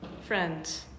friends